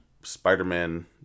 Spider-Man